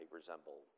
resemble